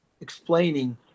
explaining